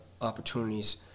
opportunities